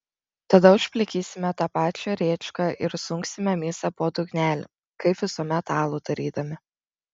tada užplikysime tą pačią rėčką ir sunksime misą pro dugnelį kaip visuomet alų darydami